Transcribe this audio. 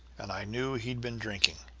and i knew he'd been drinking,